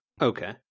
okay